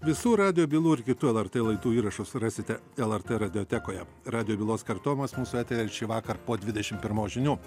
visų radijo bylų ir kitų lrt laidų įrašus rasite lrt radiotekoje radijo bylos kartojimas mūsų eteryje šįvakar po dvidešimt pirmos žinių